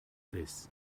this